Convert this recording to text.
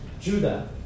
Judah